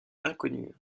inconnue